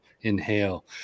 inhale